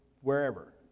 wherever